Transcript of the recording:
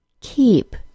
keep